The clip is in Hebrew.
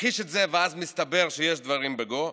מכחיש את זה ואז מסתבר שיש דברים בגו.